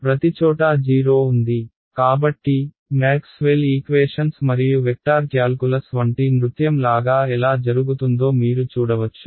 ప్రతిచోటా 0 ఉంది కాబట్టి మ్యాక్స్వెల్ ఈక్వేషన్స్ మరియు వెక్టార్ క్యాల్కులస్ వంటి నృత్యం లాగా ఎలా జరుగుతుందో మీరు చూడవచ్చు